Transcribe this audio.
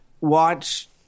watch